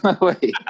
wait